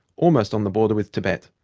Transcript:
almost on the border with tibet.